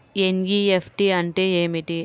NEFT అంటే ఏమిటి?